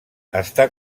està